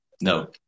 No